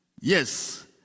yes